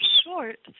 short